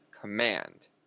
command